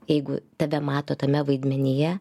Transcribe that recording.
jeigu tebemato tame vaidmenyje